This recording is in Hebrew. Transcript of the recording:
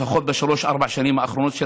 לפחות בשלוש-ארבע השנים האחרונות.